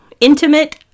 intimate